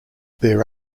their